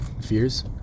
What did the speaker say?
fears